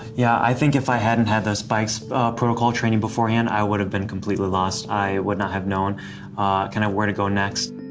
yeah. i think if i hadn't had the spikes protocol training beforehand, i would have been completely lost. i would not have known ah kind of where to go next